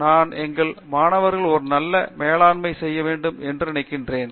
நான் எங்கள் மாணவர்கள் ஒரு நல்ல நேரம் மேலாண்மை செய்ய வேண்டும் என்று நான் நினைக்கிறேன்